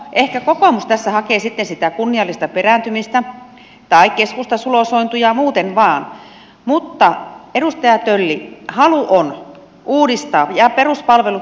ehkä kokoomus tässä hakee sitten sitä kunniallista perääntymistä tai keskusta sulosointuja muuten vain mutta edustaja tölli halu on uudistaa ja peruspalvelut turvaten